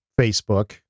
Facebook